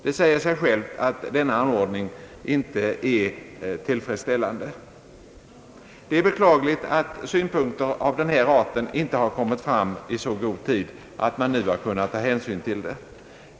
Det säger sig självt att denna ordning inte är tillfredsställande. Det är beklagligt att synpunkter av denna art inte kommit fram i så god tid att man nu kunnat ta hänsyn till dem.